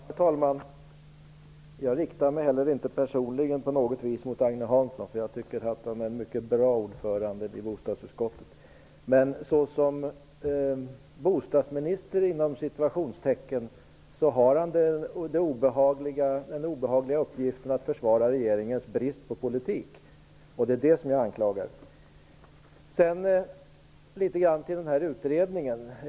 Herr talman! Jag riktar mig heller inte på något sätt mot Agne Hansson personligen, för jag tycker att han är en mycket bra ordförande i bostadsutskottet. Men såsom ''bostadsminister'' har han den obehagliga uppgiften att försvara regeringens brist på politik, och det är detta jag anklagar. Sedan litet grand om utredningen.